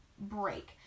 break